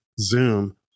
Zoom